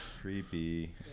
Creepy